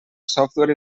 software